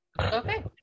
Okay